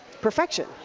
perfection